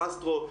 קסטרו,